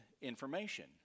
information